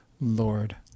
Lord